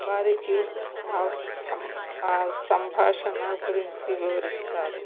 వారికి ఆ ఆ సంభాషణ గురించి వివరిస్తారు